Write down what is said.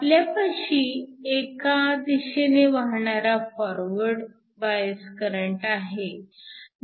आपल्यापाशी एका दिशेने वाहणारा फॉरवर्ड बायस करंट आहे